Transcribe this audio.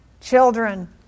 children